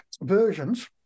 versions